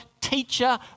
teacher